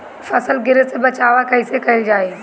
फसल गिरे से बचावा कैईसे कईल जाई?